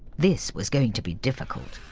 this was going to be difficult.